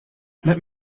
let